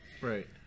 Right